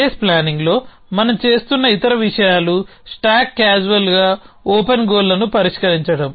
space ప్లానింగ్లో మనం చేస్తున్న ఇతర విషయాలు స్టాక్ క్యాజువల్గా ఓపెన్ గోల్లను పరిష్కరించడం